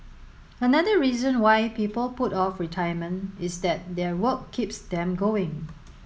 another reason why people put off retirement is that their work keeps them going